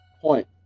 Point